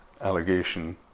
allegation